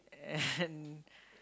and